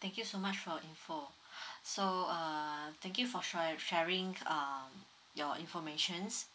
thank you so much for info so uh thank you for sharing uh your informations